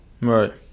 Right